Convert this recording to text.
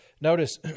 notice